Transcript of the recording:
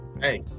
Hey